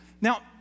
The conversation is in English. Now